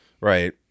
Right